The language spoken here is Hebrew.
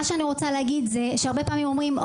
שאני רוצה להגיד זה שהרבה פעמים אומרים,